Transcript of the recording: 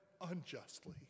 unjustly